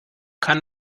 kann